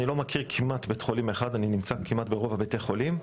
אני לא מכיר כמעט בית חולים אחד ואני נמצא ברוב בתי החולים,